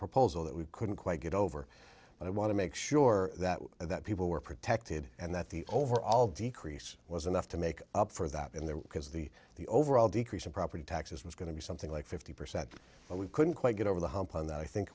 proposal that we couldn't quite get over but i want to make sure that that people were protected and that the overall decrease was enough to make up for that in there because the the overall decrease in property taxes was going to be something like fifty percent but we couldn't quite get over the hump on that i think